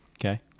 Okay